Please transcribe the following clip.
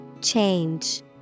Change